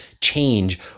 change